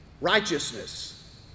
righteousness